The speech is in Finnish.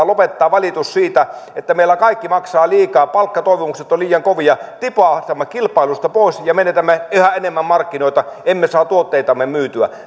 lopettaa valitus siitä että meillä kaikki maksaa liikaa palkkatoivomukset ovat liian kovia tipahdamme kilpailusta pois ja ja menetämme yhä enemmän markkinoita emme saa tuotteitamme myytyä